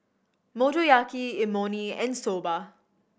Motoyaki Imoni and Soba